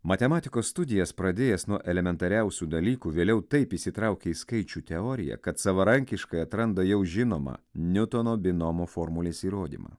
matematikos studijas pradėjęs nuo elementariausių dalykų vėliau taip įsitraukė į skaičių teoriją kad savarankiškai atranda jau žinomą niutono binomo formulės įrodymą